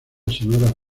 sonora